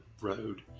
road